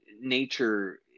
nature